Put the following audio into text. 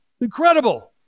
Incredible